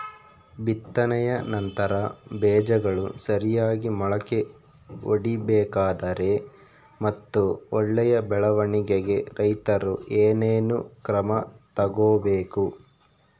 ಬಿತ್ತನೆಯ ನಂತರ ಬೇಜಗಳು ಸರಿಯಾಗಿ ಮೊಳಕೆ ಒಡಿಬೇಕಾದರೆ ಮತ್ತು ಒಳ್ಳೆಯ ಬೆಳವಣಿಗೆಗೆ ರೈತರು ಏನೇನು ಕ್ರಮ ತಗೋಬೇಕು?